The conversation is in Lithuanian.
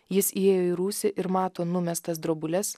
jis įėjo į rūsį ir mato numestas drobules